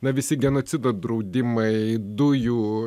na visi genocido draudimai dujų